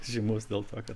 žymus dėl to kad